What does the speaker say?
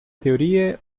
teorie